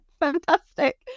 fantastic